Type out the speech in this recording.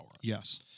Yes